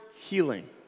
healing